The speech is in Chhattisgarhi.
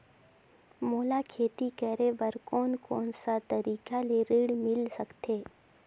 मोला खेती करे बर कोन कोन सा तरीका ले ऋण मिल सकथे?